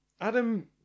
Adam